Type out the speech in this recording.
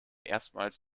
erstmals